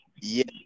Yes